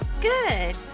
Good